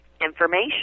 information